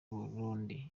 burundi